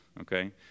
Okay